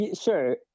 Sure